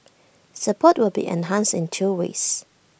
support will be enhanced in two ways